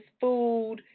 food